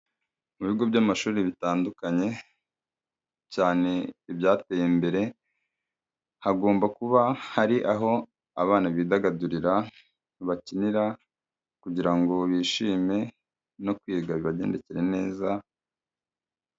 Mu bigo by'amashuri bitandukanye, cyane ibyateye imbere, hagomba kuba hari aho abana bidagadurira, bakinira kugira ngo bishime no kwiga bibagendekere neza...